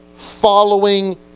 following